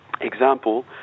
example